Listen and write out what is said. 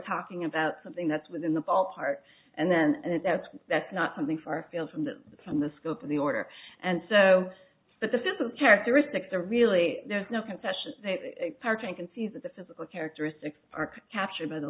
talking about something that's within the ballpark and then and that's that's not something for sale from the from the scope of the order and so but the physical characteristics are really there's no concession parking can see that the physical characteristics are captured by the